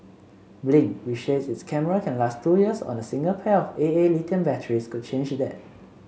blink which says its cameras can last two years on a single pair of A A lithium batteries could change that